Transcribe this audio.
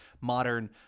modern